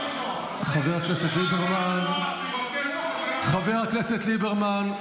תגיד לו ------ אתה שקרן עלוב --- חבר הכנסת ליברמן,